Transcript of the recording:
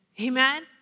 Amen